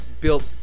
built